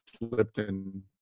Lipton